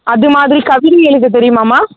அது மாதிரி கவிதை எழுத தெரியுமாம்மா